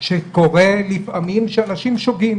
שקורה לפעמים שאנשים שוגים,